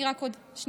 תן לי רק עוד שנייה.